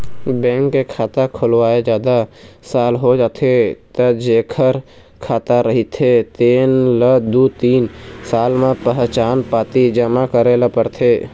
bank के खाता खोलवाए जादा साल हो जाथे त जेखर खाता रहिथे तेन ल दू तीन साल म पहचान पाती जमा करे ल परथे